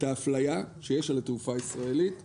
האפליה שיש על התעופה הישראלית מהמחוקק.